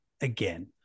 again